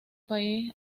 país